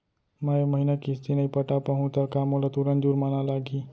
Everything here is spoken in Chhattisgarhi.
मैं ए महीना किस्ती नई पटा पाहू त का मोला तुरंत जुर्माना लागही?